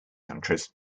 countries